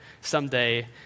someday